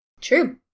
True